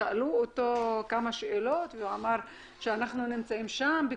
שאלו אותו כמה שאלות והוא אמר שהם נמצאים שם עם